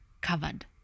covered